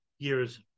years